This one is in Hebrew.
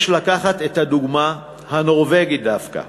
יש לקחת את הדוגמה הנורבגית דווקא.